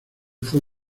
fue